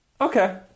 Okay